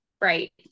Right